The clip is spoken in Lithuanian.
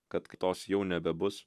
kad kitos jau nebebus